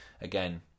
Again